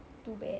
too bad